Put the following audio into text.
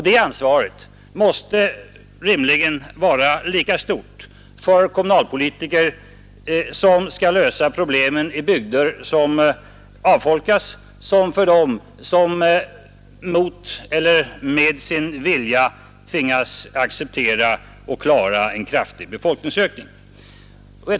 Det ansvaret är lika stort för kommunalpolitiker i avfolkningsbygder som för dem som med eller mot sin vilja måste klara en kraftig befolkningsökning.